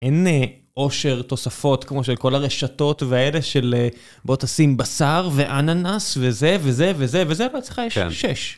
אין עושר תוספות כמו של כל הרשתות ואלה של בוא תשים בשר ואננס וזה, וזה, וזה, וזה, אבל אצלך יש שש.